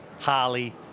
Harley